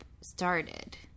started